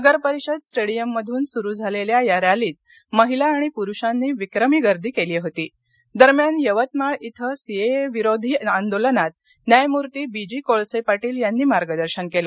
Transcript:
नगर परिषद स्टेडियम मधून सुरू झालेल्या या रॅलीत महिला आणि प्रुषांनी विक्रमी गर्दी केली होती दरम्यान यवतमाळ इथं सिएए विरोधी आंदोलनात न्यायमूर्ती बी जी कोळसे पाटील यांनी मार्गदर्शन केलं